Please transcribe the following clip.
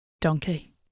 Donkey